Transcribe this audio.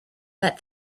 but